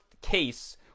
case